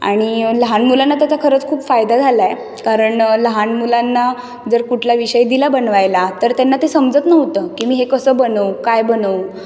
आणि लहान मुलांना त्याचा खरंच खूप फायदा झाला आहे कारण लहान मुलांना जर कुठला विषय दिला बनवायला तर त्यांना ते समजत नव्हतं की मी हे कसं बनवू काय बनवू